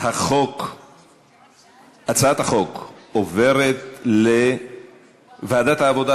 הצעת החוק עוברת לוועדת העבודה,